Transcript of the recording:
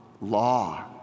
law